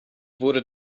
wurde